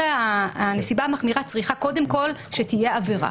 הנסיבה המחמירה צריכה קודם כל שתהיה עבירה